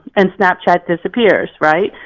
and snapchat disappears, right?